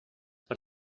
per